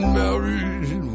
married